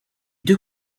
deux